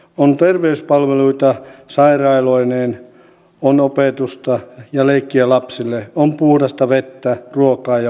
on terveyspalveluita sairaaloineen on opetusta ja leikkiä lapsille on puhdasta vettä ruokaa ja vaatetusta